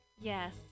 Yes